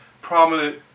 prominent